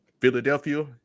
Philadelphia